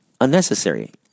unnecessary